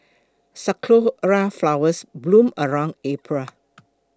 sakura flowers bloom around April